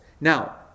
Now